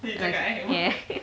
ya